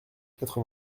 quatre